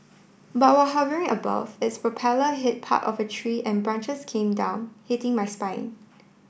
but while hovering above its propeller hit part of a tree and branches came down hitting my spine